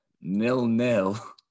Nil-nil